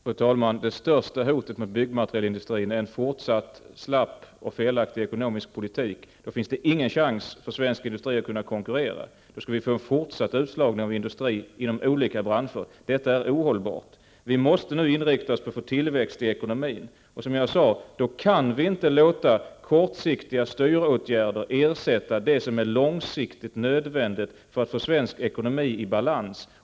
I regeringsförklaringen utlovas en omläggning av familjepolitiken. Omläggningen skall ske i flera steg. I ett första och omedelbart steg sägs bl.a. att statsbidragsreglerna skall ändras så att bidrag även utgår för dagbarnvårdarnas egna barn.